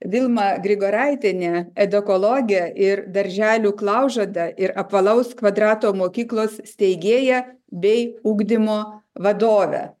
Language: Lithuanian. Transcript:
vilma grigoraitienė edukologė ir darželių klaužada ir apvalaus kvadrato mokyklos steigėja bei ugdymo vadovė